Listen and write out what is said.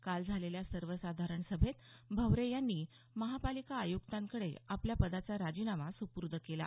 काल झालेल्या सर्वसाधारण सभेत भवरे यांनी महापालिका आयुक्तांकडे आपल्या पदाचा राजीनामा सुपूर्द केला